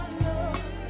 love